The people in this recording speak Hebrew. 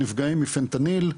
נפגעים מפנטניל,